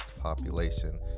population